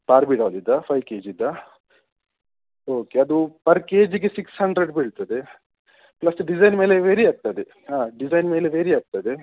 ಬಾರ್ಬಿಡಾಲಿಂದ five K ಜಿದ್ದ okay ಅದು per K ಜಿಗೆ ಸಿಕ್ಸ್ ಹಂಡ್ರೆಡ್ ಬೀಳ್ತದೆ ಪ್ಲಸ್ ಡಿಸೈನ್ ಮೇಲೆ ವೇರಿ ಆಗ್ತದೆ ಹಾಂ ಡಿಸೈನ್ ಮೇಲೆ ವೇರಿ ಆಗ್ತದೆ